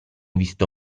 visto